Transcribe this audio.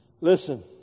Listen